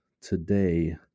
today